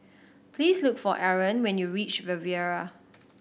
please look for Arron when you reach Riviera